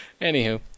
Anywho